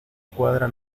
cuadra